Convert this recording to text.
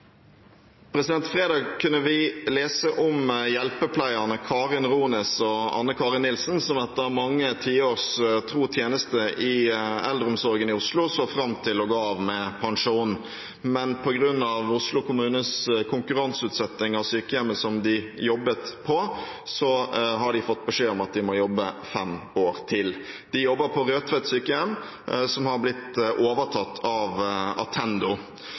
Sist fredag kunne vi lese om hjelpepleierne Karin Rones og Anne Karin Nilsen som etter mange tiårs tro tjeneste i eldreomsorgen i Oslo så fram til å gå av med pensjon. Men på grunn av Oslo kommunes konkurranseutsetting av sykehjemmet som de jobbet på, har de fått beskjed om at de må jobbe fem år til. De jobber på Rødtvet sykehjem, som har blitt overtatt av Attendo.